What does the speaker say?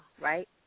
right